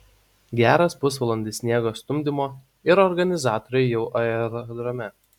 geras pusvalandis sniego stumdymo ir organizatoriai jau aerodrome